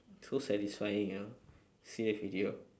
so satisfying ah see the video